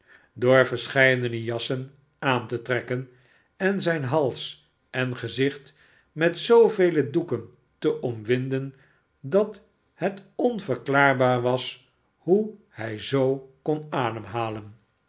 door verscheidene jassen aan te trekken en zijn hals en gezicht met zooveele doeken te omwinden dat het onverklaarbaar was hoe hij zoo kon ademhalen